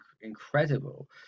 incredible